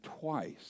twice